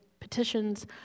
petitions